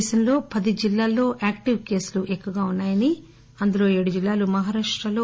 దేశంలో పది జిల్లాల్లో క్రియాశీల కేసులు ఎక్కువగా ఉన్నాయని అందులో ఏడు జిల్లాలు మహారాష్టలో